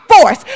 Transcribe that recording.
force